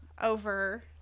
over